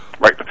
Right